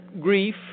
Grief